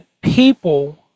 people